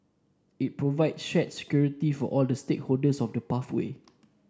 it provide shared security for all the stakeholders of the pathway